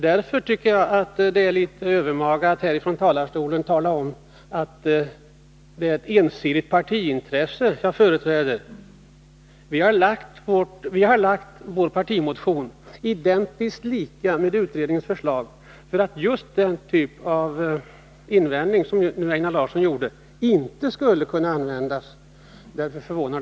Därför tycker jag att det är litet övermaga att här ifrån talarstolen säga att det är ett ensidigt partiintresse som jag företräder. Vi har lagt fram ett förslag i vår partimotion som är identiskt lika med utredningens förslag för att just den typ av invändning som Einar Larsson nu gjorde inte skulle kunna göras. Jag är därför mycket förvånad.